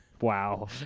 Wow